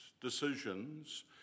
decisions